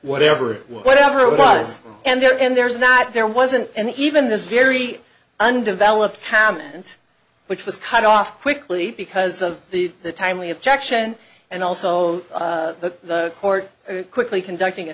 whatever whatever it was and there and there is not there wasn't and even this very undeveloped hammond which was cut off quickly because of the timely objection and also the court quickly conducting a